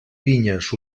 vinyes